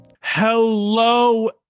Hello